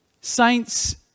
Saints